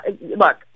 look